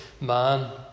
man